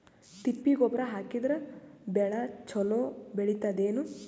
ತಿಪ್ಪಿ ಗೊಬ್ಬರ ಹಾಕಿದರ ಬೆಳ ಚಲೋ ಬೆಳಿತದೇನು?